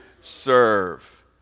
serve